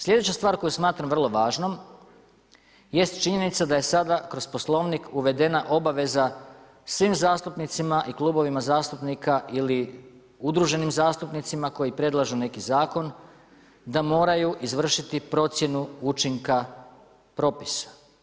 Sljedeća stvar koju smatram vrlo važnom, jest činjenica da je sada kroz Poslovnik uvedena obaveza svim zastupnicima i klubovima zastupnika ili udruženim zastupnicima koji predlažu neki zakon da moraju izvršiti procjenu učinka propisa.